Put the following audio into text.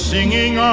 Singing